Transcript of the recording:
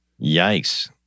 Yikes